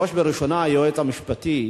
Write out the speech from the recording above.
בראש ובראשונה היועץ המשפטי,